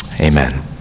Amen